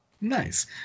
Nice